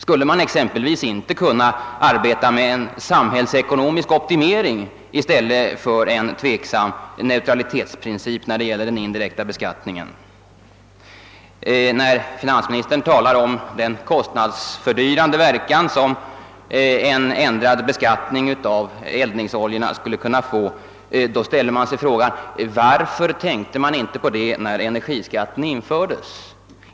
Skulle man exempelvis inte kunna arbeta med en samhällsekonomisk optimering i stället för med en tvivelaktig neutralitetsprincip i fråga om den indirekta beskattningen? Vidare talar finansministern om den kostnadsfördyrande verkan som en ändrad beskattning av eldningsoljorna skulle kunna få. Jag ställer då frågan: Varför tänkte man inte på det när energiskatten infördes?